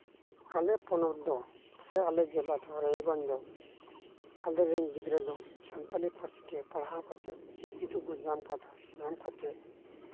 ᱟᱞᱮ ᱯᱚᱱᱚᱛ ᱫᱚ ᱥᱮ ᱟᱞᱮ ᱡᱮᱞᱟ ᱫᱚ ᱟᱞᱮᱨᱮᱱ ᱜᱤᱫᱽᱨᱟᱹ ᱫᱚ ᱥᱟᱱᱛᱟᱞᱤ ᱯᱟᱹᱨᱥᱤᱛᱮ ᱯᱟᱲᱦᱟᱣ ᱠᱟᱛᱮᱫ ᱥᱤᱠᱠᱷᱤᱛᱚ ᱠᱚ ᱧᱟᱢ ᱠᱟᱫᱟ ᱧᱟᱢ ᱠᱟᱛᱮᱫ